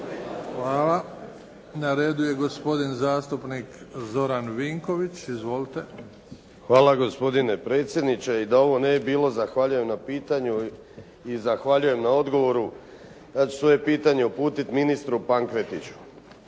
Hvala. Na redu je gospodin zastupnik Zoran Vinković. Izvolite. **Vinković, Zoran (SDP)** Hvala. Gospodine predsjedniče. I da ovo ne bi bilo zahvaljujem na pitanju i zahvaljujem na odgovoru ja ću svoje pitanje uputiti ministru Pankretiću.